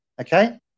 Okay